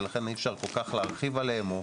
ולכן אי אפשר כל כך להרחיב עליהם או